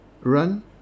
run